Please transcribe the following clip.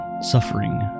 suffering